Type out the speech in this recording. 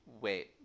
Wait